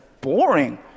boring